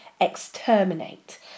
exterminate